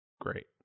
Great